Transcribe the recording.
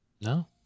No